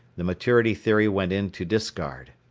the maturity theory went into discard.